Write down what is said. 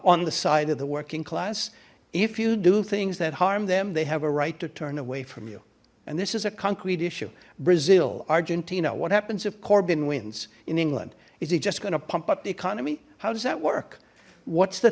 on the side of the working class if you do things that harm them they have a right to turn away from you and this is a concrete issue brazil argentina what happens if corbin wins in england is he just going to pump up the economy how does that work what's the